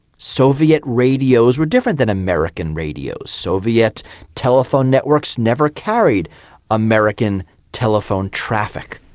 soviet radios were different than american radios. soviet telephone networks never carried american telephone traffic.